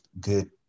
good